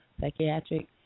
psychiatric